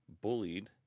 bullied